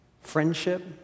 friendship